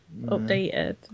updated